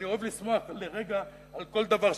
אני אוהב לשמוח לרגע על כל דבר שקורה.